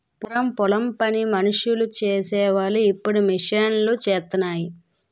పూరము పొలం పని మనుసులు సేసి వోలు ఇప్పుడు మిషన్ లూసేత్తన్నాయి